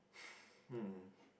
hmm